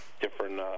different